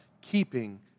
keeping